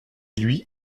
lui